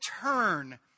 turn